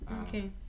Okay